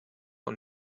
und